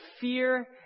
fear